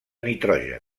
nitrogen